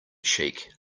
cheek